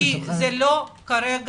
--- אני לא נכנסת לשם כי זה לא הדיון כרגע.